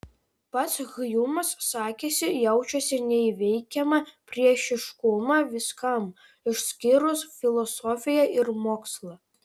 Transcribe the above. pats hjumas sakėsi jaučiasi neįveikiamą priešiškumą viskam išskyrus filosofiją ir mokslą